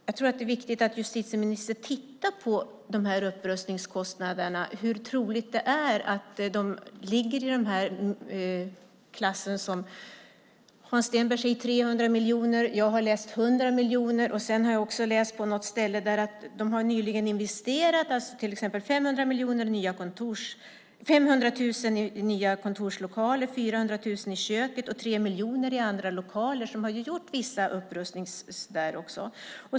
Jag tror att det är viktigt att justitieministern tittar på de här upprustningskostnaderna, hur troligt det är att de ligger i den klassen. Hans Stenberg säger 300 miljoner. Jag har läst 100 miljoner. På något ställe har jag också läst att de nyligen har investerat till exempel 500 000 i nya kontorslokaler, 400 000 i köket och 3 miljoner i andra lokaler, så man har gjort viss upprustning.